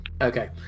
Okay